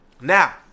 Now